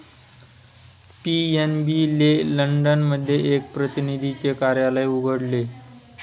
PNB ने London मध्ये एक प्रतिनिधीचे कार्यालय उघडले